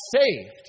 saved